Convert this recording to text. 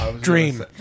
Dream